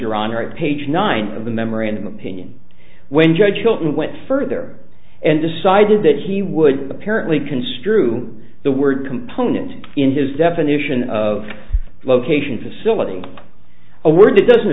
on right page nine of the memorandum opinion when judge hilton went further and decided that he would be the parent lee construe the word component in his definition of location facility a word that doesn't